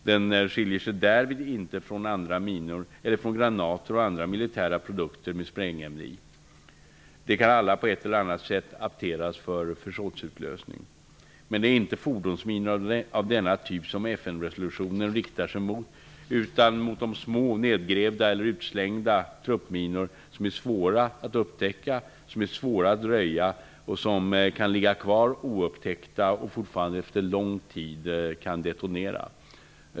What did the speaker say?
Den skiljer sig därvid inte från andra minor, eller från granater och andra militära produkter med sprängämne i. De kan alla på ett eller annat sätt apteras för försåtsutlösning. Men det är inte fordonsminor av denna typ som FN-resolutionen riktar sig mot, utan de små nedgrävda eller utslängda truppminor som är svåra att upptäcka och röja och som kan ligga kvar oupptäckta och fortfarande efter lång tid kan detonera.